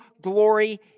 glory